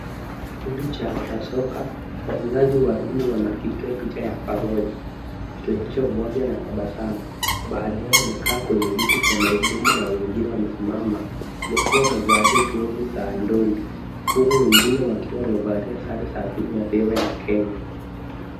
Kikundi cha wanasoka wachezaji wa dondi wanapiga picha ya pamoja, wakionyesha umoja na tabasamu. Baadhi yao wamekaa kwenye viti vya magurudumu na wengine wamesimama wakiwa wamevalia glovu za dondi, huku wengine wakiwa wamevalia sare za timu taifa ya Kenya.